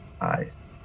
eyes